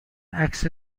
عکس